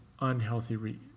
unhealthy